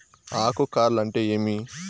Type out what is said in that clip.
ఆకు కార్ల్ అంటే ఏమి?